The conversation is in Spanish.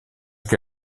que